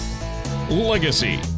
Legacy